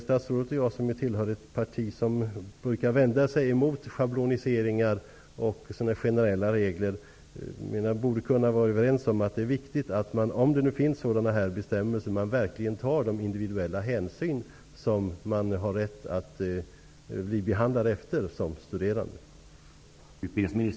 Statsrådet och jag -- som tillhör ett parti som brukar vända sig emot schabloniseringar och generella regler -- borde kunna vara överens om att det när det gäller sådana här bestämmelser är viktigt att man verkligen tar den hänsyn i individuella fall som de studerande har rätt till.